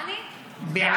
סעיף 1 נתקבל.